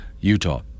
Utah